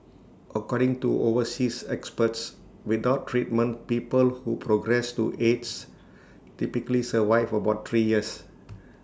according to overseas experts without treatment people who progress to aids typically survive about three years